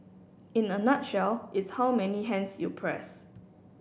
in a nutshell it's how many hands you press